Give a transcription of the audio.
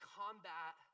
combat